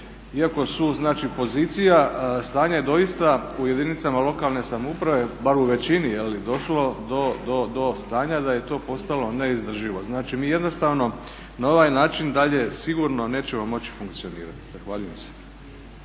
iako su znači pozicija stanje je doista u jedinicama lokalne samouprave, bar u većini došlo do stanja da je to postalo neizdrživo. Znači mi jednostavno na ovaj način dalje sigurno nećemo moći funkcionirati. Zahvaljujem se.